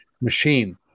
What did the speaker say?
machine